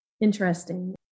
interesting